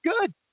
good